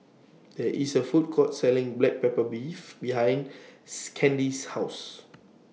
There IS A Food Court Selling Black Pepper Beef behind Candi's House